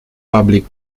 public